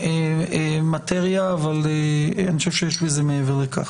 את המאטריה, אבל אני חושב שיש בזה מעבר לכך.